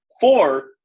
Four